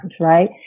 right